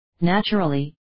naturally